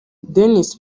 denis